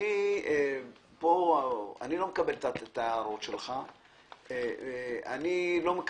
אני לא מקבל את ההערות של יעקב נחום כי אני לא